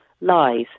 lies